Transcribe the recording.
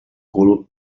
cul